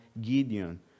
Gideon